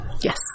Yes